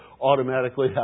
automatically